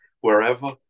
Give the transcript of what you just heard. wherever